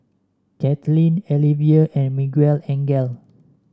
Kathlene Alivia and Miguelangel